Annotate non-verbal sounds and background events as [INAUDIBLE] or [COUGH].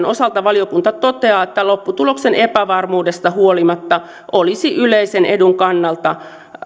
[UNINTELLIGIBLE] osalta valiokunta toteaa että lopputuloksen epävarmuudesta huolimatta olisi yleisen edun kannalta